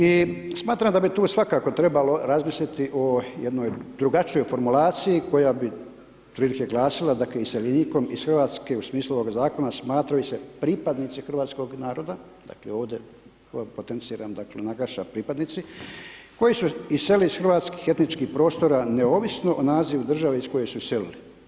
I smatram da bi tu svakako trebalo razmisliti o jednoj drugačijoj formulaciji koja bi otprilike glasila dakle iseljenikom iz Hrvatske u smislu ovog zakona, smatraju se pripadnici hrvatskog naroda, dakle ovdje potenciram dakle naglasak pripadnici, koji su iselili iz hrvatskih etničkih prostora neovisno o nazivu države iz koje su selili.